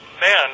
man